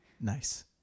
Nice